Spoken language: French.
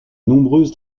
nombreuses